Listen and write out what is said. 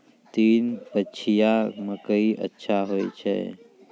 तीन पछिया मकई अच्छा होय छै?